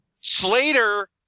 slater